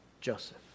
Joseph